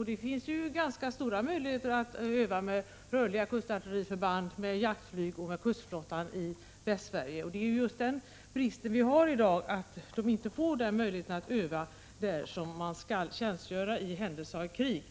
i. Det finns ganska stora möjligheter att öva med rörliga kustartilleriförband, jaktflyg och kustflottan i Västsverige. Det är just den brist som vi har i dag att de inte får möjlighet öva där de skall tjänstgöra i händelse av ett krig.